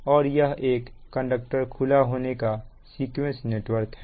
और यह एक कंडक्टर खुला होने का सीक्वेंस नेटवर्क है